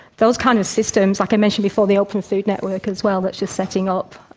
those kind of systems, like i mentioned before, the open food network as well that's just setting up,